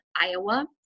Iowa